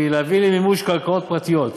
היא להביא למימוש קרקעות פרטיות,